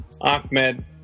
Ahmed